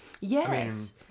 Yes